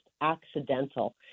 accidental